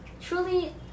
truly